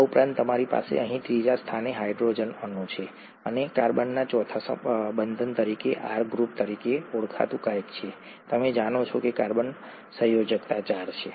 આ ઉપરાંત તમારી પાસે અહીં ત્રીજા સ્થાને હાઇડ્રોજન અણુ છે અને કાર્બનના ચોથા બંધન તરીકે આર ગ્રુપ તરીકે ઓળખાતું કંઈક છે તમે જાણો છો કે કાર્બન સંયોજકતા ચાર છે